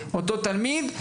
אותו תלמיד,